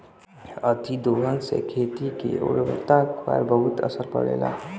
अतिदोहन से खेती के उर्वरता पर बहुत असर पड़ेला